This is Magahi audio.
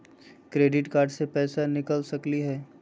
क्रेडिट कार्ड से पैसा निकल सकी हय?